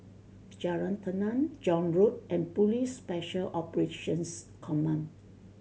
Jalan Tenang John Road and Police Special Operations Command